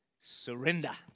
surrender